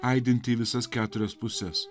aidinti į visas keturias puses